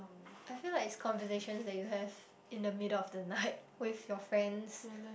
I feel like it's conversations that you have in the middle of the night with your friends